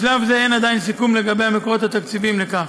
בשלב זה עדיין אין עדיין סיכום לגבי המקורות התקציביים לכך.